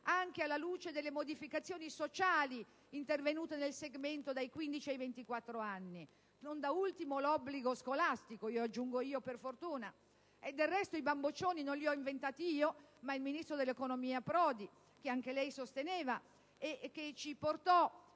giovanile con le modificazioni sociali intervenute nel segmento dai 15 ai 24 anni. Non da ultimo, l'obbligo scolastico (ed io aggiungo per fortuna). Del resto, i bamboccioni non li ho inventati io, ma il Ministro dell'economia del Governo Prodi, che anche lei sosteneva e che portò